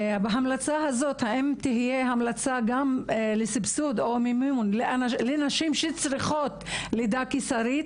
האם תהיה גם המלצה לסבסוד או מימון לנשים שצריכות לידה קיסרית?